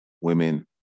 women